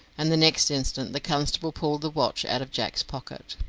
and the next instant the constable pulled the watch out of jack's pocket.